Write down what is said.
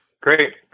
Great